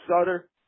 Sutter